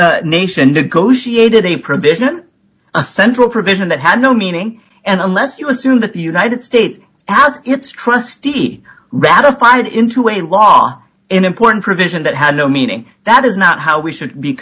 reza nation negotiated a provision a central provision that had no meaning and unless you assume that the united states as its trustee ratified into a law important provision that had no meaning that is not how we should be